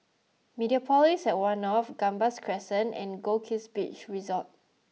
Mediapolis at One North Gambas Crescent and Goldkist Beach Resort